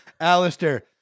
Alistair